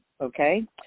Okay